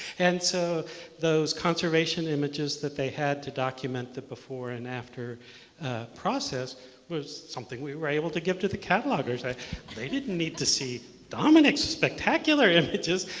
and so those conservation images that they had to document the before and after process was something we were able to give to the catalogers. i mean they didn't need to see dominic's spectacular images.